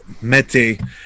Mete